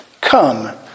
Come